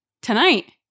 Tonight